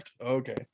Okay